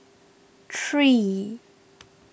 three